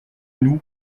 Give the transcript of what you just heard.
nous